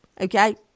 okay